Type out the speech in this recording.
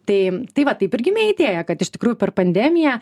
tai tai va taip ir gimė idėja kad iš tikrųjų per pandemiją